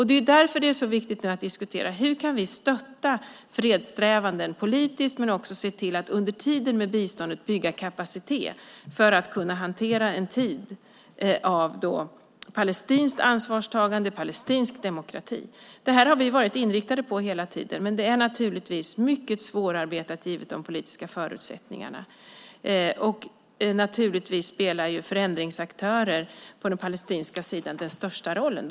Det är därför det är så viktigt att diskutera hur vi kan stötta fredssträvandena politiskt men också se till att under tiden med biståndet bygga kapacitet för att kunna hantera en tid av palestinskt ansvarstagande och palestinsk demokrati. Detta har vi varit inriktade på hela tiden, men det är mycket svårarbetat givet de politiska förutsättningarna. Förändringsaktörer på den palestinska sidan spelar den största rollen.